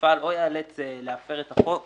שהמפעל או ייאלץ להפר את החוק חלילה,